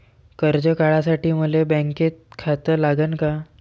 कर्ज काढासाठी मले बँकेत खातं लागन का?